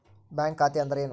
Bank ಖಾತೆ ಅಂದರೆ ಏನು?